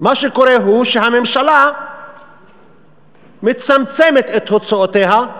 מה שקורה הוא שהממשלה מצמצמת את הוצאותיה,